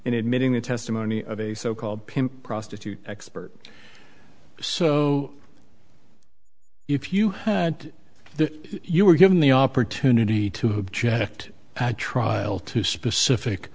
in admitting the testimony of a so called pimp prostitute expert so if you had the you were given the opportunity to object at trial to specific